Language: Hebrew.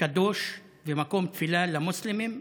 קדוש ומקום תפילה למוסלמים בלבד.